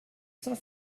cent